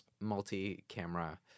multi-camera